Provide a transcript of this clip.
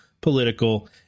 political